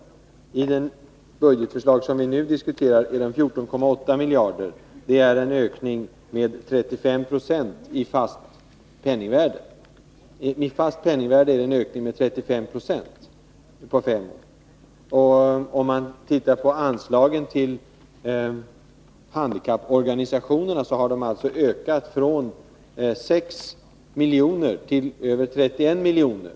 I det budgetförslag som vi nu diskuterar är de 14,8 miljarder. Det är en ökning med 35 9 i fast penningvärde på fem år. Anslagen till handikapporganisationerna har ökat från 6 miljoner till över 31 miljoner.